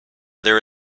there